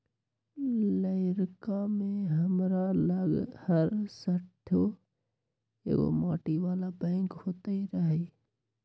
लइरका में हमरा लग हरशठ्ठो एगो माटी बला बैंक होइत रहइ